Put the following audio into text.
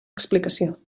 explicació